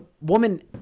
woman